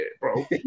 bro